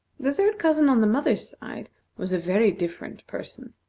the third cousin on the mother's side was a very different person.